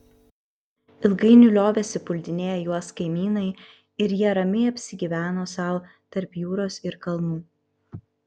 ilgainiui liovėsi puldinėję juos kaimynai ir jie ramiai apsigyveno sau tarp jūros ir kalnų